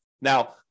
Now